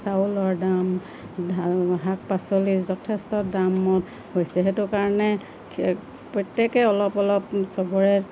চাউলৰ দাম শাক পাচলিৰ যথেষ্ট দামত হৈছে সেইটো কাৰণে প্ৰত্যেকে অলপ অলপ চবৰে